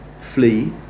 flee